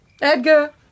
Edgar